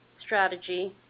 strategy